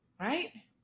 right